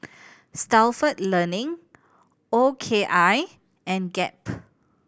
Stalford Learning O K I and Gap